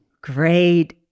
Great